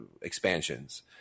Expansions